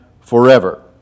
forever